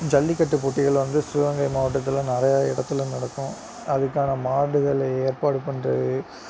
ஜல்லிக்கட்டு போட்டிகள் வந்து சிவகங்கை மாவட்டத்தில் நிறையா இடத்துல நடக்கும் அதுக்கான மாடுகளை ஏற்பாடு பண்ணுறது